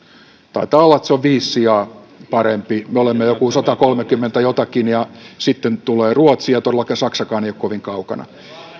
taitaa olla että se on viisi sijaa parempi me olemme joku satakolmekymmentäjotakin ja sitten tulee ruotsi ja todellakaan saksakaan ei ole kovin kaukana